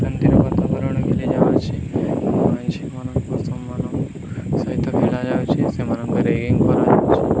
ଶାନ୍ତିର ବାତାବରଣ ବିଗିଡି ଯାଉଛି ସେମାନଙ୍କ ସମ୍ମାନ ସହିତ ଖେଳା ଯାଉଛିି ସେମାନଙ୍କ ରେଗିଂ କରାଯାଉଛି